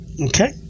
Okay